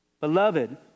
beloved